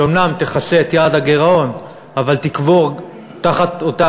שאומנם תכסה את יעד הגירעון אבל תקבור תחת אותה